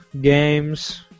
games